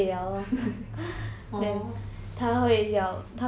orh